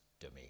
domain